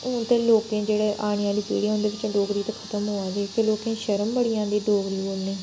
हून ते लोकें जेह्ड़े आने आह्ली पीढ़ी उं'दे बिच्च डोगरी ते खत्तम होआ दी ते लोकें गी शर्म बड़ी आंदी डोगरी बोलने च